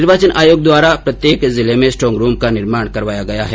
निर्वाचन आयोग द्वारा प्रत्येक जिले में स्ट्रांग रूम का निर्माण करवाया गया है